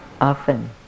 often